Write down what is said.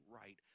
right